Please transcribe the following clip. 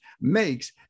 makes